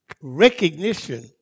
recognition